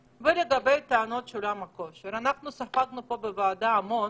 לגבי טענות של עולם הכושר - אנחנו ספגנו פה בוועדה המון